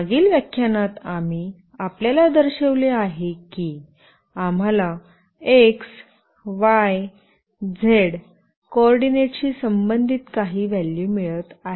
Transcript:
मागील व्याख्यानात आम्ही आपल्याला दर्शविले आहे की आम्हाला x y z कोऑर्डिनेट शी संबंधित काही व्हॅल्यू मिळत आहेत